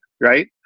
right